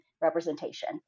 representation